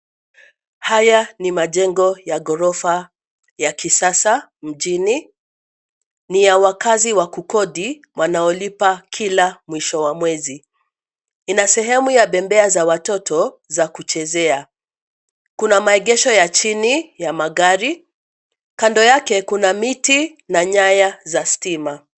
Haya ni majengo ya ghorofa ya kisasa, mjini. Ni ya wakazi wa kukodi wanaolipa kila mwisho wa mwezi. Ina sehemu ya bembea za watoto za kuchezea. Kuna maegesho ya chini ya magari, kando yake, kuna miti na nyaya za stima.